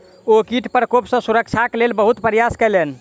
ओ कीट प्रकोप सॅ सुरक्षाक लेल बहुत प्रयास केलैन